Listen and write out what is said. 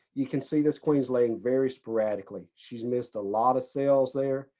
you can see this queen s laying very sporadically, she's missed a lot of cells there.